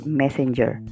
messenger